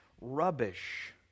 rubbish